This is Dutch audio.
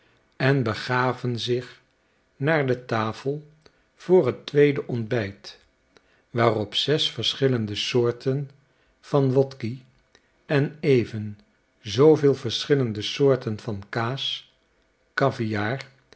en begaven zich naar de tafel voor het tweede ontbijt waarop zes verschillende soorten van wotki en even zooveel verschillende soorten van kaas kaviaar